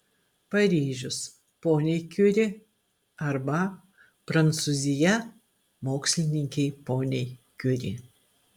paryžius poniai kiuri arba prancūzija mokslininkei poniai kiuri